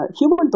human